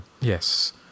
yes